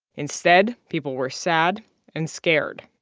instead, people were sad and scared